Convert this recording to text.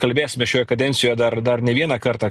kalbėsime šioj kadencijoj dar dar ne vieną kartą